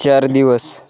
चार दिवस